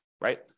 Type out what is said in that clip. right